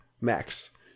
Max